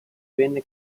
venne